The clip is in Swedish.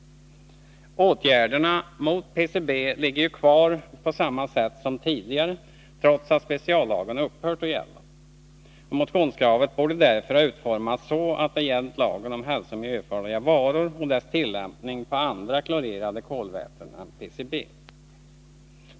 Åtgärderna mot PBC ligger ju kvar på samma sätt som tidigare, trots att speciallagen har upphört att gälla. Motionskravet borde därför vara utformat så, att det gällt lagen om hälsooch miljöfarliga varor och dess tillämpning på andra klorerade kolväten än PCB.